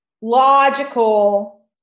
logical